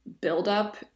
buildup